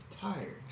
tired